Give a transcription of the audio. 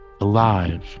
alive